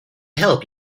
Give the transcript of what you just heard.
help